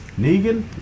negan